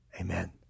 Amen